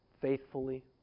faithfully